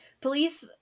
Police